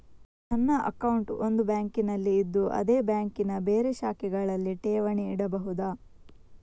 ನನ್ನ ಅಕೌಂಟ್ ಒಂದು ಬ್ಯಾಂಕಿನಲ್ಲಿ ಇದ್ದು ಅದೇ ಬ್ಯಾಂಕಿನ ಬೇರೆ ಶಾಖೆಗಳಲ್ಲಿ ಠೇವಣಿ ಇಡಬಹುದಾ?